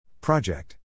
Project